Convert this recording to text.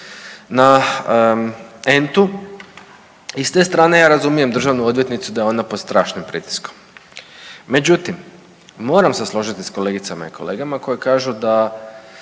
na entu i s te strane ja razumijem državnu odvjetnicu da je ona pod strašnim pritiskom. Međutim, moramo se složiti s kolegicama i kolegama koji kažu da